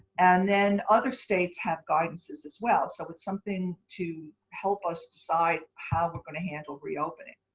and then other states have guidance as as well. so it's something to help us decide how we're going to handle reopening.